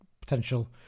potential